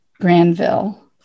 Granville